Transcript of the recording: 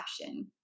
passion